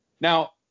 Now